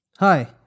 Hi